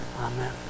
Amen